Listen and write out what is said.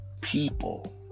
people